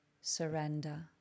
surrender